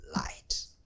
light